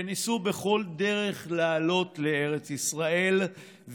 שניסו בכל דרך לעלות לארץ ישראל,